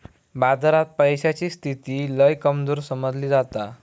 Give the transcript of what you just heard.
बाजारात पैशाची स्थिती लय कमजोर समजली जाता